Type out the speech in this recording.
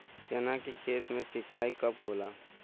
चना के खेत मे सिंचाई कब होला?